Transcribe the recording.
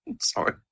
Sorry